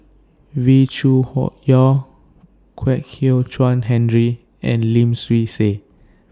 Wee Cho Yaw Kwek Hian Chuan Henry and Lim Swee Say